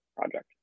project